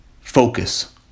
focus